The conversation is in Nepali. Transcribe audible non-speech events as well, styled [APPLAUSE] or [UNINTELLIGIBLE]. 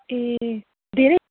ए धेरै [UNINTELLIGIBLE]